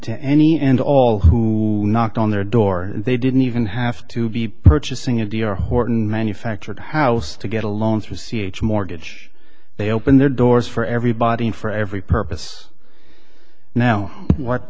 to any and all who knocked on their door they didn't even have to be purchasing a d r horton manufactured house to get a loan through c h mortgage they opened their doors for everybody and for every purpose now